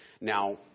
Now